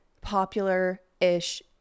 popular-ish